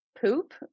poop